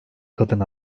kadın